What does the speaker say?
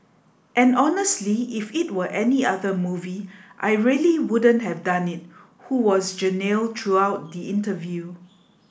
and honestly if it were any other movie I really wouldn't have done it who was genial throughout the interview